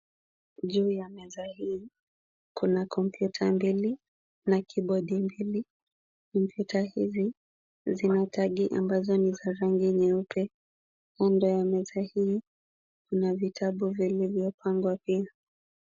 Juu ya meza hii kuna kompyuta mbili na kibodi mbili, kompyuta hizi zina tagi ambazo ni za rangi nyeupe. Kando ya meza hii kuna vitabu vilivyopangwa pia.